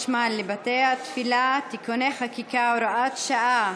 מים וחשמל לבתי התפילה (תיקוני חקיקה) (הוראת שעה),